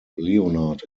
leonard